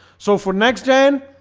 so for next end